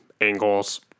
angles